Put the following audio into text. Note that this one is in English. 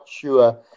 sure